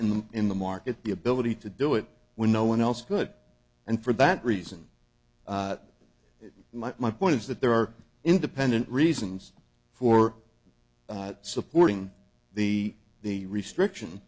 in the in the market the ability to do it when no one else good and for that reason it might my point is that there are independent reasons for supporting the the restriction